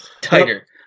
tighter